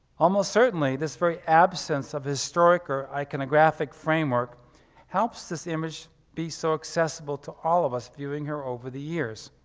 almost certainly this very absence of historic or iconographic framework helps this image be so accesible to all of us viewing her over the years.